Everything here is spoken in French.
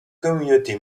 communauté